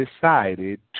decided